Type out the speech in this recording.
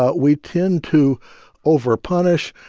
ah we tend to over-punish,